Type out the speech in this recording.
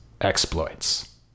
exploits